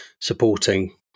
supporting